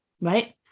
right